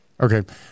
Okay